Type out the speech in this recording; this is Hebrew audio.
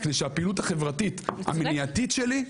כדי שהפעילות החברתית המניעתית שלי,